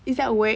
is that a word